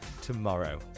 tomorrow